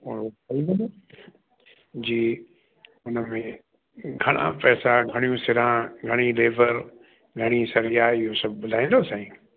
कमिरो ठही वेंदो जी उनमें घणां पैसा घणियूं सिरां घणी लेबर घणी सरिया हीअ सभु ॿुधाईंदव साईं